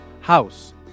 House